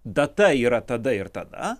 data yra tada ir tada